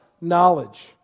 knowledge